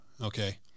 okay